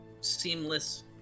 seamless